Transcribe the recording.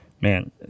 Man